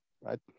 right